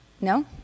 No